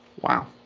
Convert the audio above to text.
Wow